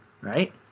right